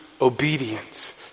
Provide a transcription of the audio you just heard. obedience